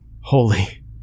Holy